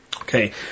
Okay